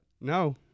no